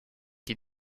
qui